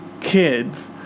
kids